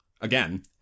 again